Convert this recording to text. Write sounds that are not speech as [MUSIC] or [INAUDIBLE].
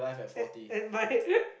at at my [LAUGHS]